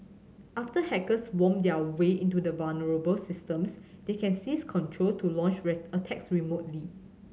after hackers worm their way into vulnerable systems they can seize control to launch attacks remotely